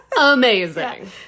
amazing